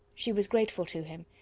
she was grateful to him,